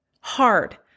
hard